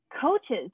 coaches